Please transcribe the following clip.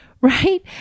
Right